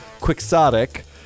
quixotic